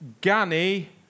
Gani